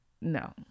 no